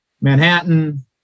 Manhattan